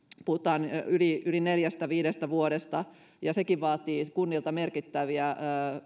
puhutaan yli yli neljästä viidestä vuodesta ja sekin vaatii kunnilta merkittäviä